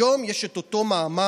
היום יש את אותו מעמד,